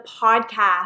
podcast